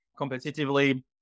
competitively